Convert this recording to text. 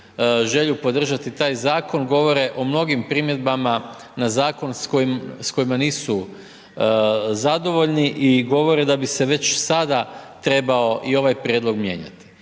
želju podržati taj zakon, govore o mnogim primjedbama na zakon s kojima nisu zadovoljni i govore da bi se već sad trebao i ovaj prijedlog mijenjati.